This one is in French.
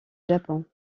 japon